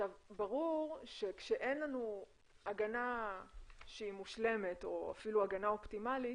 ברור שכשאין לנו הגנה שהיא מושלמת או אפילו הגנה אופטימלית,